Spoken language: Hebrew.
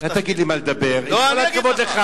אל תגיד לי מה לדבר, עם כל הכבוד לך.